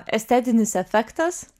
estetinis efektas